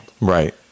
Right